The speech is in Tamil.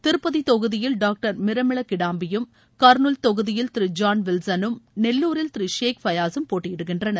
திருப்பதி தொகுதியில் டாக்டர் மிரமிள கிடாம்பியும் கர்ணுால் தொகுதியில் திரு ஜான் வில்சனும் நெல்லுாரில் திரு ஷேக் ஃபயாஸூம் போட்டியிடுகின்றனர்